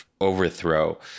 overthrow